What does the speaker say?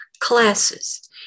classes